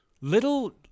little